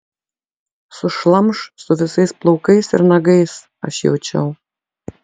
sušlamš su visais plaukais ir nagais aš jaučiau